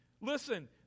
Listen